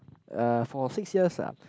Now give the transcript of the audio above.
uh for six years ah